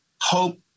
hope